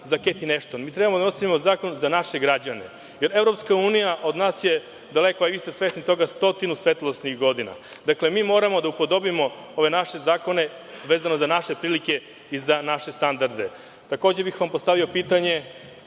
za Ketrin Ešton, mi treba da donosimo zakon za naše građane. Evropska unija od nas je daleko, a vi ste svesni toga stotinu svetlosnih godina. Mi moramo da upodobimo ove naše zakone vezano za naše prilike i za naše standarde. Takođe bih vam postavio pitanje